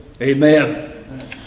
Amen